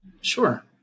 Sure